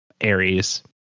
Aries